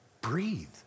Breathe